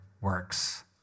works